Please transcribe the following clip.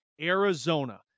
Arizona